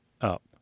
up